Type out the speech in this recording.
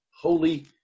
holy